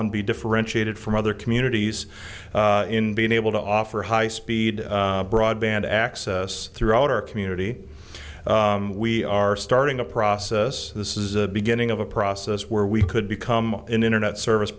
holland be differentiated from other communities in being able to offer high speed broadband access throughout our community we are starting a process this is a beginning of a process where we could become an internet service